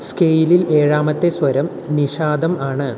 സ്കെയിലിൽ ഏഴാമത്തെ സ്വരം നിഷാദം ആണ്